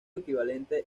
equivalente